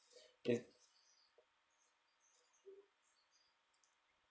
it